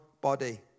body